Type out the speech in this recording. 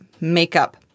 makeup